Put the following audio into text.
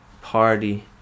party